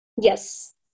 Yes